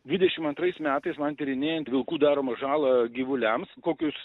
dvidešim antrais metais man tyrinėjant vilkų daromą žalą gyvuliams kokius